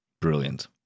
brilliant